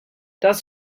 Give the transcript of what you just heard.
das